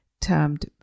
termed